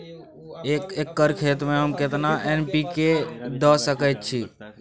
एक एकर खेत में हम केतना एन.पी.के द सकेत छी?